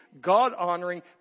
God-honoring